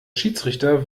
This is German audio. schiedsrichter